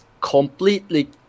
completely